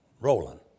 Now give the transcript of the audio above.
rolling